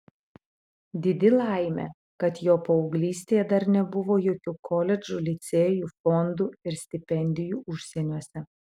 didi laimė kad jo paauglystėje dar nebuvo jokių koledžų licėjų fondų ir stipendijų užsieniuose